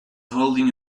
holding